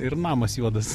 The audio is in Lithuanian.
ir namas juodas